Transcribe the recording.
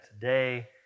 today